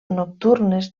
nocturnes